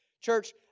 Church